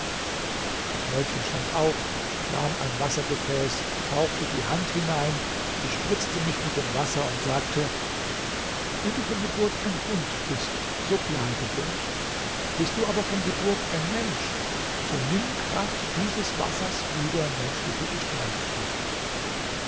das mädchen stand auf nahm ein wassergefäß tauchte die hand hinein bespritzte mich mit dem wasser und sagte wenn du von geburt ein hund bist so bleibe hund bist du aber von geburt ein mensch so nimm kraft dieses wassers wieder menschliche gestalt an